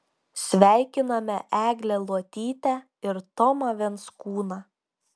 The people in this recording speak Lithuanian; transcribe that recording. sveikiname eglę luotytę ir tomą venskūną